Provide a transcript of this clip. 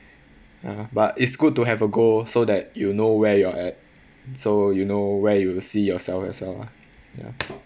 ya but it's good to have a goal so that you know where you're at so you know where you see yourself as well ah ya